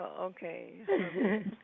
Okay